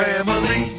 Family